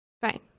Fine